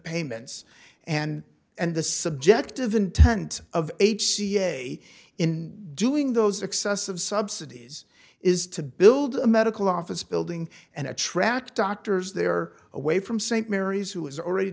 payments and and the subjective intent of h c a in doing those excessive subsidies is to build a medical office building and attract doctors there away from st mary's who is already